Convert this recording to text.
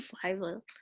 survival